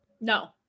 No